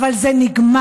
אבל זה נגמר.